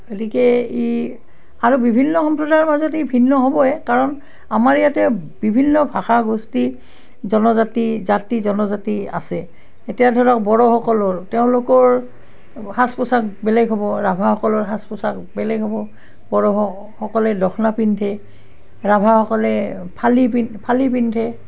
গতিকে ই আৰু বিভিন্ন সম্প্ৰদায়ৰ মাজত ই ভিন্ন হ'বই কাৰণ আমাৰ ইয়াতে বিভিন্ন ভাষা গোষ্ঠী জনজাতি জাতি জনজাতি আছে এতিয়া ধৰক বড়োসকলৰ তেওঁলোকৰ সাজ পোচাক বেলেগ হ'ব ৰাভাসকলৰ সাজ পোচাক বেলেগ হ'ব বড়ো সকলে দখনা পিন্ধে ৰাভাসকলে ফালি পি ফালি পিন্ধে